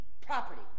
property